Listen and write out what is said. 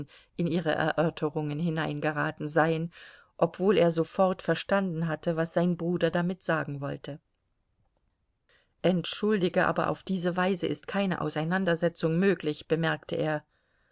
in ihre erörterungen hineingeraten seien obwohl er sofort verstanden hatte was sein bruder damit sagen wollte entschuldige aber auf diese weise ist keine auseinandersetzung möglich bemerkte er